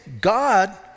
God